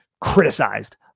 criticized